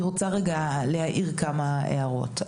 אני רוצה רגע להעיר כמה הערות.